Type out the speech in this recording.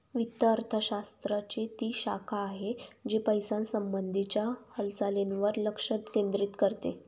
वित्त अर्थशास्त्र ची ती शाखा आहे, जी पैशासंबंधी च्या हालचालींवर लक्ष केंद्रित करते